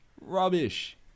rubbish